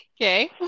Okay